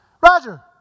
Roger